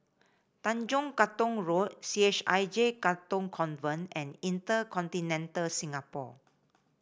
Tanjong Katong Road C H I J Katong Convent and Inter Continental Singapore